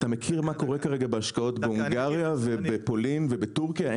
אתה מכיר מה קורה כרגע בהשקעות בהונגריה ובפולין ובטורקיה?